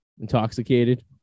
intoxicated